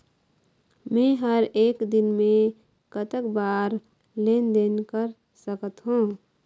मे हर एक दिन मे कतक बार लेन देन कर सकत हों?